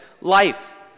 life